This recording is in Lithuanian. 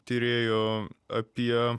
tyrėjo apie